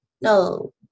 no